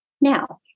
Now